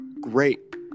great